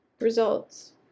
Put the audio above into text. Results